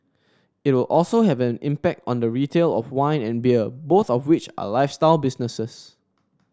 it will also have an impact on the retail of wine and beer both of which are lifestyle businesses